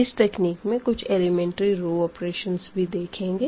इस तकनीक में कुछ एलीमेंट्री रो ऑपरेशन भी देखेंगे